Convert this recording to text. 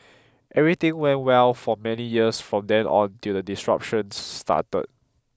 everything went well for many years from then on till the destruction started